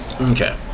Okay